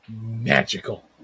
magical